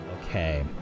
Okay